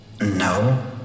No